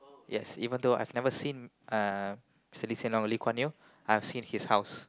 yes even though I've never seen uh Mister Lee-Hsien-Loong or Lee-Kuan-Yew I've seen his house